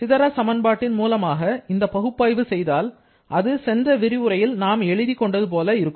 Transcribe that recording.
சிதற சமன்பாட்டின் மூலமாக இந்த பகுப்பாய்வு செய்தால் அது சென்ற விரிவுரையில் நாம் எழுதிக் கொண்டது போல இருக்கும்